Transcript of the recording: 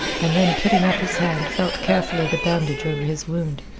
and then putting up his hand felt carefully the bandage over his wound.